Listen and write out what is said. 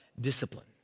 discipline